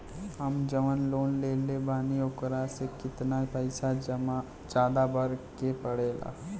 हम जवन लोन लेले बानी वोकरा से कितना पैसा ज्यादा भरे के पड़ेला?